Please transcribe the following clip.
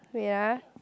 wait ah